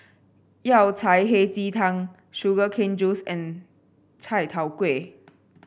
Yao Cai Hei Ji Tang Sugar Cane Juice and Chai Tow Kuay